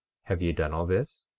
have ye done all this?